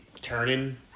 turning